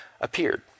appeared